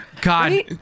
god